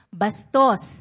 bastos